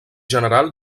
general